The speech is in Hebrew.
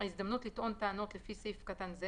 ההזדמנות לטעון טענות לפי סעיף קטן זה